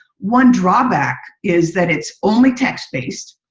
one draw back is that it's only text based.